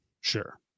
Sure